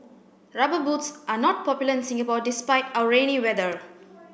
rubber boots are not popular in Singapore despite our rainy weather